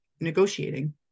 negotiating